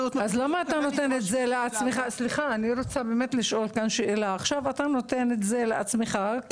עכשיו אתה נותן את זה לעצמך,